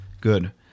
Good